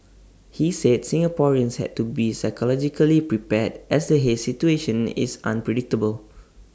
he said Singaporeans had to be psychologically prepared as the haze situation is unpredictable